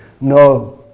no